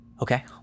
Okay